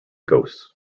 ghosts